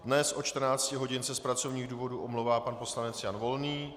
Dnes od 14 hodin se z pracovních důvodů omlouvá pan poslanec Jan Volný.